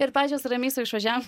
ir pačios ramiai sau išvažiavom